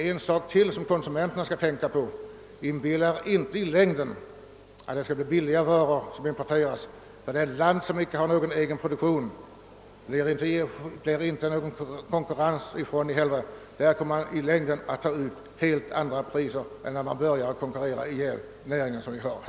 En sak som konsumenterna borde tänka på är att det inte i längden kan bli billigare att importera. Av ett land som inte har någon egen produktion som innebär konkurrens kommer man längre fram att ta ut helt andra priser än man gjorde när man började konkurrera ihjäl den inhemska näringen.